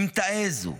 אם תעזו